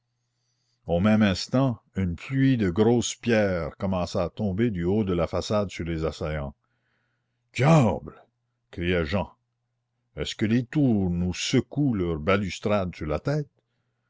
au même instant une pluie de grosses pierres commença à tomber du haut de la façade sur les assaillants diable cria jehan est-ce que les tours nous secouent leurs balustrades sur la tête